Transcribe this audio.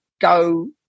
go